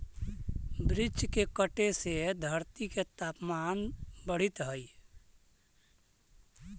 वृक्ष के कटे से धरती के तपमान बढ़ित हइ